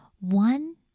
One